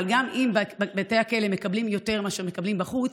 גם אם בבתי הכלא יקבלו יותר מאשר מקבלים בחוץ,